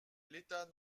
l’état